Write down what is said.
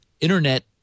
Internet